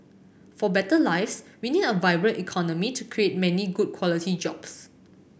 for better lives we need a vibrant economy to create many good quality jobs